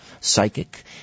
psychic